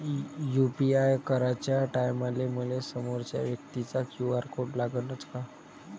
UPI कराच्या टायमाले मले समोरच्या व्यक्तीचा क्यू.आर कोड लागनच का?